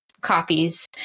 copies